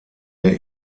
der